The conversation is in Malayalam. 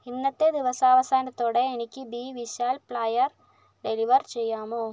ഇന്നത്തെ ദിവസാവസാനത്തോടെ എനിക്ക് ബി വിശാൽ പ്ലയർ ഡെലിവർ ചെയ്യാമോ